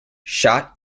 shot